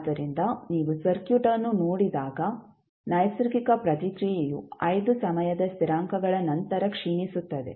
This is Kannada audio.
ಆದ್ದರಿಂದ ನೀವು ಸರ್ಕ್ಯೂಟ್ ಅನ್ನು ನೋಡಿದಾಗ ನೈಸರ್ಗಿಕ ಪ್ರತಿಕ್ರಿಯೆಯು 5 ಸಮಯದ ಸ್ಥಿರಾಂಕಗಳ ನಂತರ ಕ್ಷೀಣಿಸುತ್ತದೆ